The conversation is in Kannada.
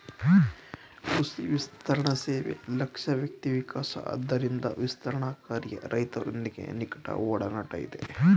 ಕೃಷಿ ವಿಸ್ತರಣಸೇವೆ ಲಕ್ಷ್ಯ ವ್ಯಕ್ತಿವಿಕಾಸ ಆದ್ದರಿಂದ ವಿಸ್ತರಣಾಕಾರ್ಯ ರೈತರೊಂದಿಗೆ ನಿಕಟಒಡನಾಟ ಇದೆ